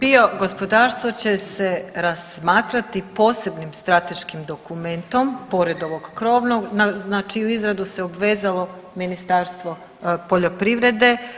Bio gospodarstvo će se razmatrati posebnim strateškim dokumentom pored ovog krovnog, znači u izradu se obvezalo Ministarstvo poljoprivrede.